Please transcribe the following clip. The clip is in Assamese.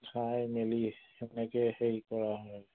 খাই মেলি তেনেকৈ হেৰি কৰা হয়